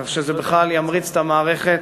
כך שזה בכלל ימריץ את המערכת